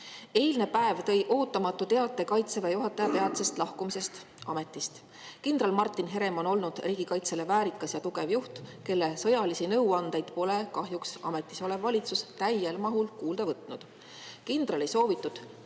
Eilne päev tõi ootamatu teate Kaitseväe juhataja peatse ametist lahkumise kohta. Kindral Martin Herem on olnud riigikaitsele väärikas ja tugev juht, kelle sõjalisi nõuandeid pole ametis olev valitsus kahjuks täies mahus kuulda võtnud. Kindrali soovitud